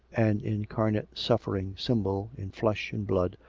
an incarnate suffering symbol, in flesh and blood,